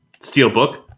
Steelbook